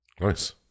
Nice